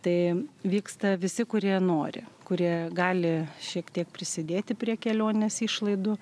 tai vyksta visi kurie nori kurie gali šiek tiek prisidėti prie kelionės išlaidų